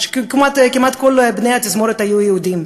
שכמעט כל נגניה היו יהודים,